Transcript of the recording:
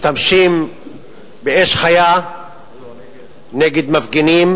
משתמשים באש חיה נגד מפגינים.